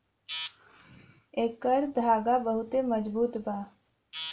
एकर धागा बहुते मजबूत बा